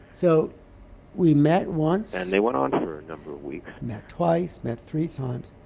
so we met once and they went on for a number of weeks met twice, met three times